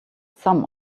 some